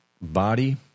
body